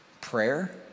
prayer